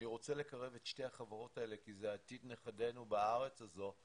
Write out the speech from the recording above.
אני רוצה לקרב את שתי החברות האלה כי זה עתיד נכדינו בארץ הזו,